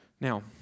Now